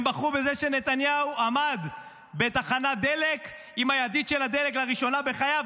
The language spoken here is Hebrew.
הם בחרו בזה שנתניהו עמד בתחנת דלק עם הידית של הדלק לראשונה בחייו,